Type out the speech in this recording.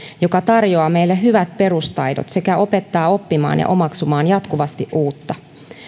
joka tarjoaa meille hyvät perustaidot sekä opettaa oppimaan ja omaksumaan jatkuvasti uutta